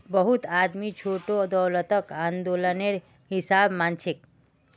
बहुत आदमी छोटो दौलतक आंदोलनेर हिसा मानछेक